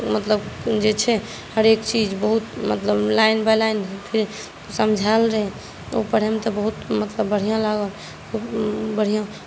मतलब ओ जे छै हरेक चीज बहुत मतलब लाइन बाइ लाइन फेर समझायल रहए ओ पढ़यमे तऽ बहुत मतलब बढ़िआँ लागल बढ़िआँ